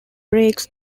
breaks